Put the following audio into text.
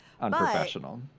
unprofessional